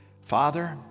Father